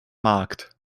markt